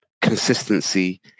consistency